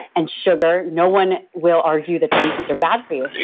and sugar. no one will argue that twinkies are bad for you.